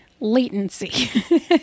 latency